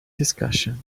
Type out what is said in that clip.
discussion